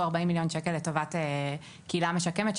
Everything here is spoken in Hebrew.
40 מיליון שקל לטובת קהילה משקמת,